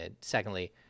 Secondly